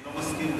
אני לא מסכים לזה.